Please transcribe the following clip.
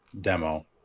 demo